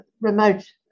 remote